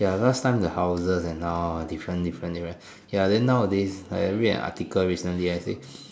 ya last time the houses and now are different different right ya then nowadays I read an article recently I think